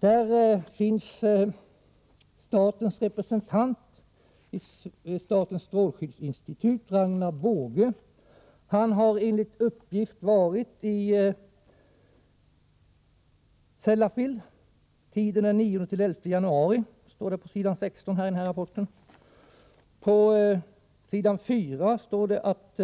Där står att statens representant i statens strålskyddsinstitut Ragnar Boge enligt uppgift varit i Sellafield den 9-11 januari. Det står på s. 16 i skrivelsen. På s. 4 står det att